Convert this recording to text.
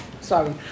Sorry